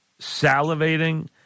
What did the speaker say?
salivating